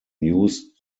used